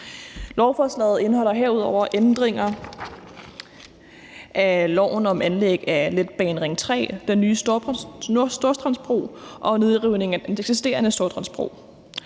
Lovforslaget indeholder herudover ændringer af loven om anlæg af letbane på Ring 3, lov om anlæg af den nye Storstrømsbro og nedrivning af den eksisterende Storstrømsbro.